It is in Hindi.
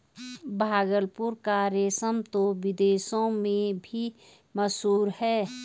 भागलपुर का रेशम तो विदेशों में भी मशहूर है